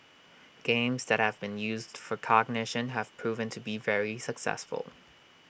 games that have been used for cognition have proven to be very successful